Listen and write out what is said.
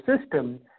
system